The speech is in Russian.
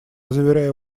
заверяю